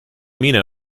mina